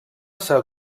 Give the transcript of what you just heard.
ser